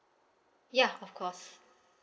ya of course